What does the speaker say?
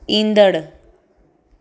ईंदड़ु